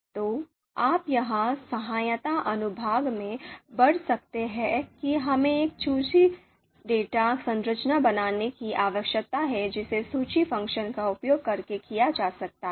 तो आप यहां सहायता अनुभाग में पढ़ सकते हैं कि हमें एक सूची डेटा संरचना बनाने की आवश्यकता है जिसे सूची फ़ंक्शन का उपयोग करके किया जा सकता है